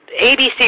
ABC